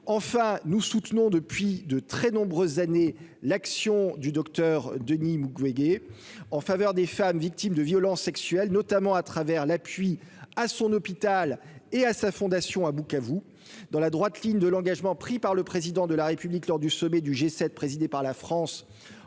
enfin nous soutenons depuis de très nombreuses années, l'action du Docteur Denis Mukwege en faveur des femmes victimes de violences sexuelles, notamment à travers l'appui à son hôpital et à sa fondation à Bukavu, dans la droite ligne de l'engagement pris par le président de la République lors du sommet du G7, présidé par la France